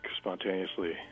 spontaneously